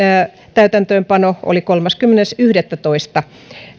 täytäntöönpano oli kolmaskymmenes yhdettätoista